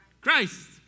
Christ